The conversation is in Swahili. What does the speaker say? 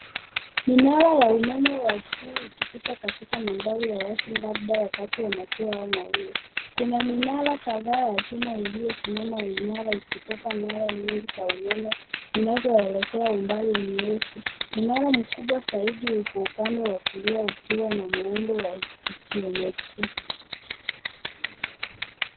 Minara ya umeme wa juu ikipita kwa mandhari ya wazi labda wakati wa majua au mawingu. Kuna minara kadhaa ya chuma iliyosimama imara ikibeba nyaya nyingi za umeme zinazoelekea umbali mrefu. Mnara mkubwa zaidi uko upande wa kulia ukiwa na muundo wa kijiometria.